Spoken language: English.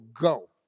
go